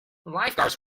lifeguards